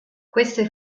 queste